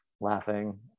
laughing